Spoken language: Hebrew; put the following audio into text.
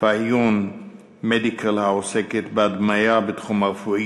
"פאיון מדיקל" העוסקת בהדמיה בתחום הרפואי,